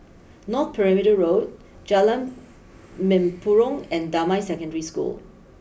North Perimeter Road Jalan Mempurong and Damai Secondary School